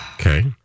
Okay